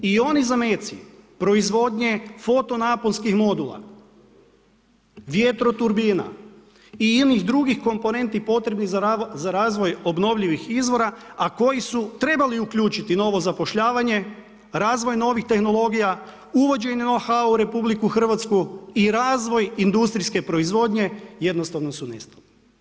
I oni zameci proizvodnje foto naponskih modula, vjetrotrubina i inih drugih komponenti potrebnih za razvoj obnovljivih izvora a koji su trebali uključiti novo zapošljavanje, razvoj novih tehnologija, uvođenje … u RH i razvoj industrijske proizvodnje jednostavno su nestali.